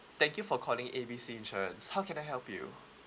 thank you for calling A B C insurance how can I help you